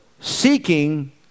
seeking